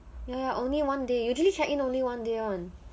ya only one day usually check in only one day [one]